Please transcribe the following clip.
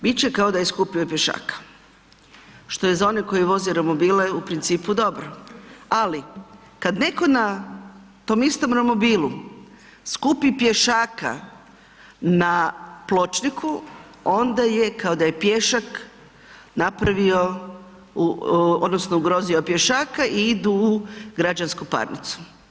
Bit će kao da je skupio pješaka, što je za one koji voze romobile u principu dobro, ali kad netko na tom istom romobilu skupi pješaka, na pločniku, onda je kao da je pješak napravio odnosno ugrozio pješaka i idu u građanski parnicu.